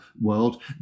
world